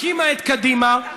הקימה את קדימה,